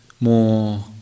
more